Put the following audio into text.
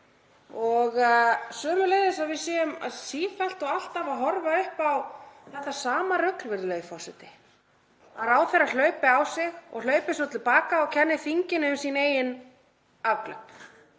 og sömuleiðis að við séum sífellt og alltaf að horfa upp á þetta sama rugl, virðulegi forseti, að ráðherra hlaupi á sig og hlaupi svo til baka og kenni þinginu um sín eigin afglöp.